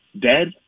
dead